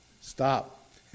Stop